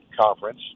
conference